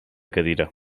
cadira